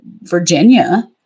Virginia